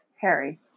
Harry